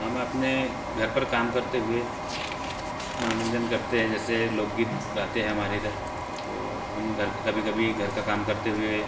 हम अपने घर पर काम करते हुए मनोरंजन करते हैं जैसे लोकगीत गाते हैं हमारे इधर तो हम घर का कभी कभी घर का काम करते हुए